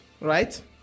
right